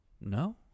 no